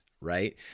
right